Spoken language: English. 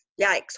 yikes